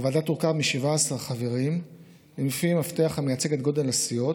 הוועדה תורכב מ-17 חברים לפי מפתח המייצג את גודל הסיעות.